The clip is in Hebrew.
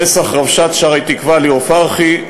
רצח רבש"צ שערי-תקווה ליאור פרחי,